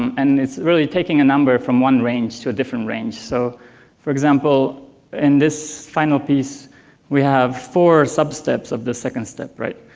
and it's real taking a number from one range to a different range. so for example in this final piece we have four sub-steps of the second step, right?